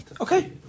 okay